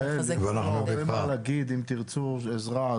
יעל, יש לנו הרבה מה להגיד, אם תרצו עזרה.